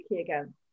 again